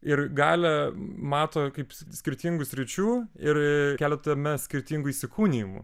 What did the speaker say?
ir galią mato kaip skirtingų sričių ir keletame skirtingų įsikūnijimų